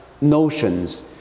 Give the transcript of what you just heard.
notions